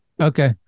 Okay